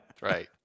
Right